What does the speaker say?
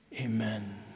amen